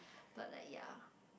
but like yeah